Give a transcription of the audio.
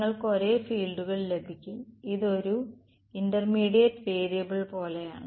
നിങ്ങൾക്ക് ഒരേ ഫീൽഡുകൾ ലഭിക്കും ഇത് ഒരു ഇന്റർമീഡിയറ്റ് വേരിയബിൾ പോലെയാണ്